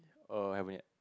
err haven't yet